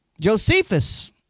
Josephus